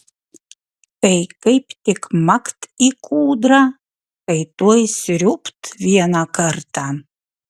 tai kaip tik makt į kūdrą tai tuoj sriūbt vieną kartą